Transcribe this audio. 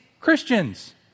Christians